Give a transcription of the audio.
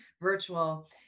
virtual